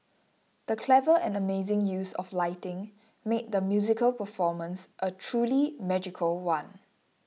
the clever and amazing use of lighting made the musical performance a truly magical one